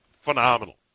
phenomenal